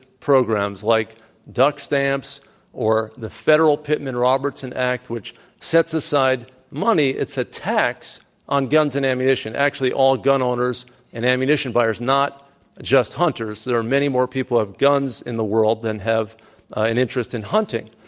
programs, like duck stamps or the federal pittman-robertson act, which sets aside money it's a tax on guns and ammunition. actually, all gun owners and ammunition buyers, not just hunters. there are many more people who have guns in the world than have an interest in hunting.